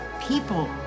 people